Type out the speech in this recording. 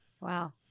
Wow